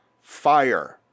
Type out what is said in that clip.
fire